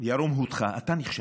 ירום הודך, אתה נכשלת,